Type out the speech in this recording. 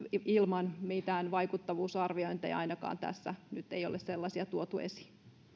ilman mitään vaikuttavuusarviointeja ainakaan tässä nyt ei ole sellaisia tuotu esiin